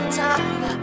time